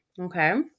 okay